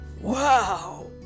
Wow